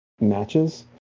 matches